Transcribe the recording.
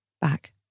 back